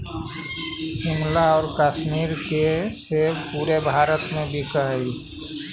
शिमला आउ कश्मीर के सेब पूरे भारत में बिकऽ हइ